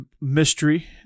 mystery